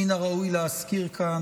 מן הראוי להזכיר כאן,